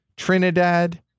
Trinidad